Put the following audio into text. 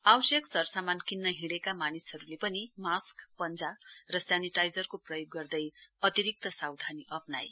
आवश्यक सरसामान किन्न हिँडेका मानिसहरूले पनि मास्क पञ्जा र सेनिटाइजरको प्रयोग गर्दै अतिरिक्त सावधानी अप्नाए